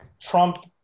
Trump